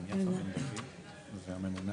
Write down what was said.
בוקר טוב, אנחנו מתקדמים בתהליך המשא והמתן.